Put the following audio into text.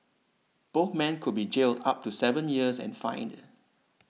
both men could be jailed up to seven years and fined